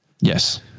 Yes